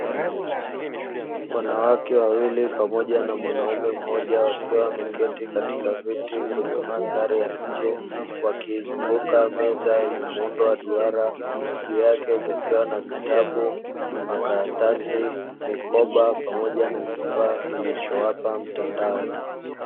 Wanawake wawili pamoja na mwanaume mmoja wakiwa wameketi katika viti kwenye mandhari ya nje wakiizunguka meza yenye muundo wa duara juu yake kukiwa na vitabu, makaratasi, mikoba pamoja na kifaa kinachowapa mtandao.